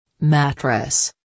mattress